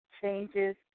changes